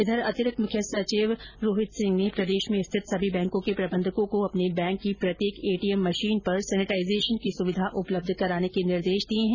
इधर अतिरिक्त मुख्य सचिव ने प्रदेश में स्थित सभी बैंकों के प्रबंधकों को अपने बैंक की प्रत्येक एटीएम मशीन पर सैनिटाइजेशन की सुविधा उपलब्ध कराने के निर्देश दिए है